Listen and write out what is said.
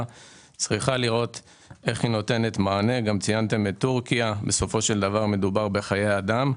צריכה לראות איך היא נותנת מענה כי בסופו של דבר מדובר בחיי אדם.